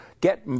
get